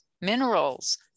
minerals